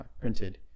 printed